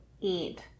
eat